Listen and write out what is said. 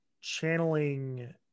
channeling